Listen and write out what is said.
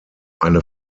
eine